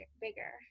bigger